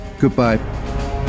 Goodbye